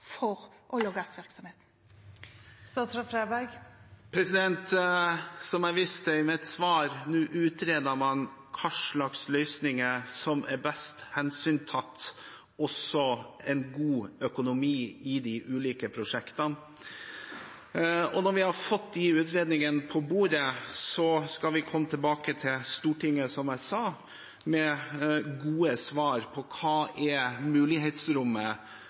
for olje- og gassvirksomheten? Som jeg viste til i mitt svar, utreder man nå hva slags løsninger som best hensyntar også en god økonomi i de ulike prosjektene. Når vi har fått de utredningene på bordet, skal vi komme tilbake til Stortinget, som jeg sa, med gode svar på hva som er mulighetsrommet